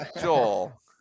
Joel